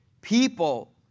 people